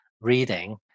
reading